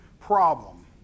problem